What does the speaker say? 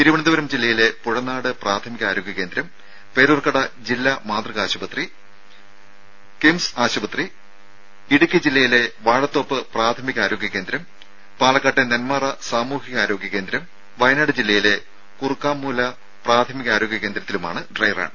തിരുവനന്തപുരം ജില്ലയിലെ പുഴനാട് പ്രാഥമിക ആരോഗ്യകേന്ദ്രം പേരൂർക്കട ജില്ലാ മാതൃകാശുപത്രി കിംസ് ആശുപത്രി ഇടുക്കി ജില്ലയിലെ വാഴത്തോപ്പ് പ്രാഥമിക ആരോഗ്യകേന്ദ്രം പാലക്കാട്ടെ നെന്മാറ സാമൂഹ്യ ആരോഗ്യകേന്ദ്രം വയനാട് ജില്ലയിലെ കുറുക്കാംമൂല പ്രാഥമിക ആരോഗ്യകേന്ദ്രത്തിലുമാണ് ഡ്രൈറൺ